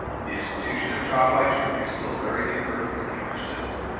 the institution of trial by jury is still very imperfectly understood.